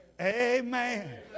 Amen